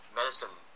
medicine